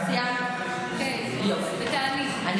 באמצע נאום, את תשאלי אותי אחר כך.